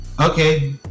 Okay